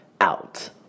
out